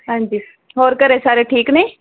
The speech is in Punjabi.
ਹਾਂਜੀ ਹੋਰ ਘਰ ਸਾਰੇ ਠੀਕ ਨੇ